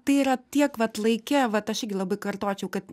tai yra tiek vat laike vat aš irgi labai kartočiau kad